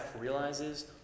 realizes